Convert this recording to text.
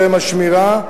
שהם השמירה,